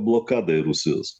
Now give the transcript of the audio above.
blokadai rusijos